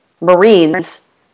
Marines